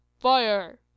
FIRE